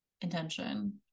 intention